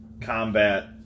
combat